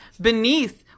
beneath